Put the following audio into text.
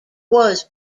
was